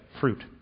fruit